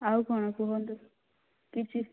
ଆଉ କ'ଣ କୁହନ୍ତୁ କିଛି